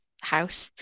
house